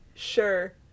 sure